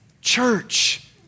Church